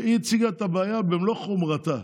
היא הציגה את הבעיה במלוא חומרתה,